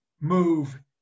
move